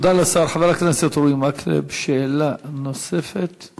שגויה, שלאחר מכן נזקיה יעלו על התועלות שבה.